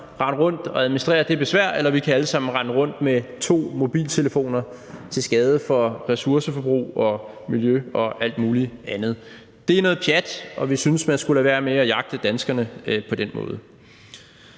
rende rundt og administrere det besvær, eller vi kan alle sammen rende rundt med to mobiltelefoner med et øget ressourceforbrug til følge og til skade for miljø og alt muligt andet. Det er noget pjat, og vi synes, man skulle lade være med at jagte danskerne på den måde.